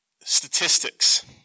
statistics